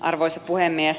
arvoisa puhemies